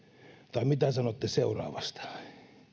mitä sanotte seuraavasta